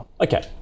Okay